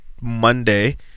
Monday